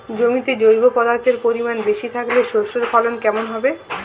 জমিতে জৈব পদার্থের পরিমাণ বেশি থাকলে শস্যর ফলন কেমন হবে?